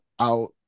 out